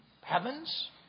heavens